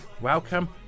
Welcome